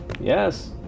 Yes